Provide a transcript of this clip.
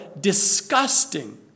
disgusting